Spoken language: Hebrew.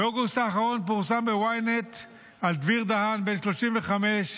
באוגוסט האחרון פורסם ב-ynet על דביר דהן, בן 35,